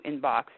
Inbox